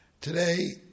Today